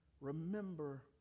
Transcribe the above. remember